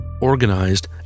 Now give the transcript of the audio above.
organized